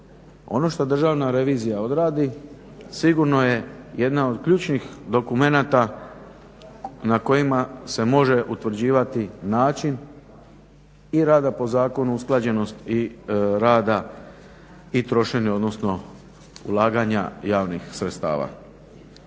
Ono što Državna revizija odradi sigurno je jedan od ključnih dokumenata na kojima se može utvrđivati način i rada po zakonu o usklađenosti i rada trošenja, odnosno ulaganja javnih sredstava.